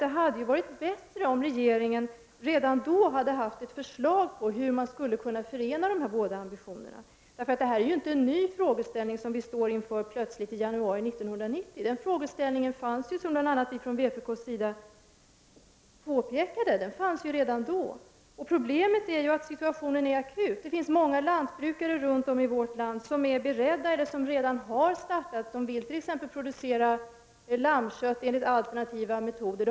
Det hade varit bättre om regeringen redan då hade haft ett förslag om hur dessa båda ambitioner skulle kunna förenas. Detta är ju inte en ny frågeställning som vi plötsligt ställs inför nu i januari 1990, utan denna frågeställning fanns ju redan då, vilket vi från vpk påpekade. Problemet är ju att situationen är akut. Det finns många lantbrukare runt om i vårt land som är beredda att starta, eller som redan har startat, produktion av t.ex. lammkött i enlighet med alternativa metoder.